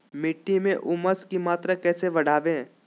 मिट्टी में ऊमस की मात्रा कैसे बदाबे?